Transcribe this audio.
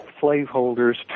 slaveholders